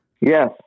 Yes